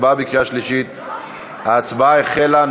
ההצבעה החלה.